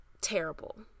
terrible